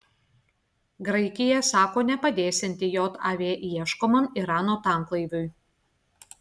graikija sako nepadėsianti jav ieškomam irano tanklaiviui